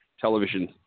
television